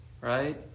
Right